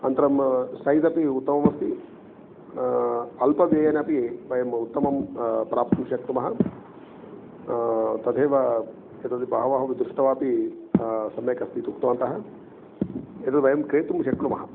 अनन्तरं सैज् अपि उत्तममस्ति अल्पव्ययेनापि वयम् उत्तमं प्राप्तुं शक्नुमः तथैव एतद् बहवः विदुष्टरपि सम्यक् अस्तीत्युक्तवन्तः एतदयं क्रेतुं शक्नुमः